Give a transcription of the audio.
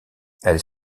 elles